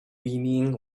whinnying